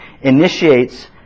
initiates